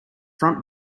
front